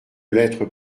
lettre